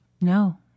No